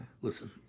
Listen